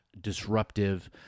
disruptive